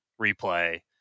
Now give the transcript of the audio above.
replay